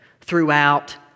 throughout